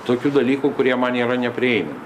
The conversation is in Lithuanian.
tokių dalykų kurie man yra neprieinami